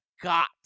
got